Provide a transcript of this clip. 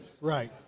Right